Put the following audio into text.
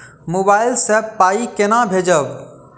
Mobile सँ पाई केना भेजब?